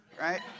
Right